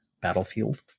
battlefield